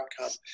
outcome